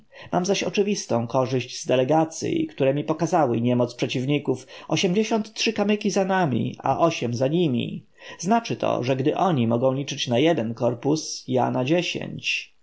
mam zaś oczywistą korzyść z delegacyj które mi pokazały niemoc przeciwników osiemdziesiąt trzy kamyki za nami a osiem za nimi znaczy to że gdy oni mogą liczyć na jeden korpus ja na dziesięć